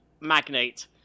magnate